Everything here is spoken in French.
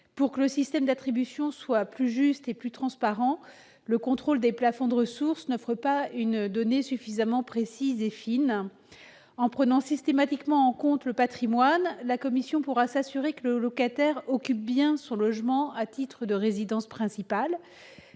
Pour que le système d'attribution soit plus juste et plus transparent, le contrôle des plafonds de ressources n'offre pas une donnée suffisamment précise et fine. En prenant systématiquement en compte le patrimoine, la commission pourra s'assurer que le locataire occupe bien son logement à titre de résidence principale.